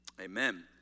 amen